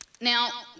Now